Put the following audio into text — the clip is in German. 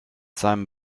seinem